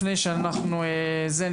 לפני שאנחנו זה,